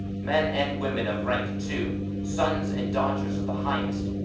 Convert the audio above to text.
men and women of rank too, sons and daughters of the highest.